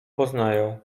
poznają